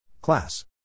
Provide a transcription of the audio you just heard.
Class